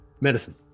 medicine